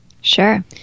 Sure